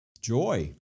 joy